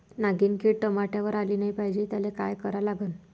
नागिन किड टमाट्यावर आली नाही पाहिजे त्याले काय करा लागन?